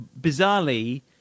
bizarrely